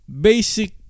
Basic